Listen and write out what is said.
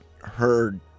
heard